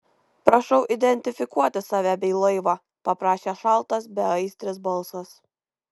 prašau identifikuoti save bei laivą paprašė šaltas beaistris balsas